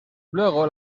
luego